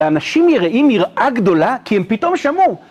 האנשים יראים יראה גדולה, כי הם פתאום שמעו.